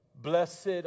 Blessed